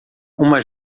uma